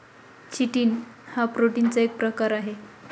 chitin हा प्रोटीनचा एक प्रकार आहे